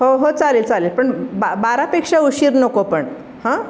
हो हो चालेल चालेल पण बा बारापेक्षा उशीर नको पण हां